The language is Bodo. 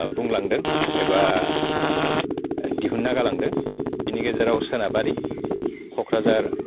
बुंलांदों एबा दिहुन्ना गालांदों बिनि गेजेराव सोनाबारि क'क्राझार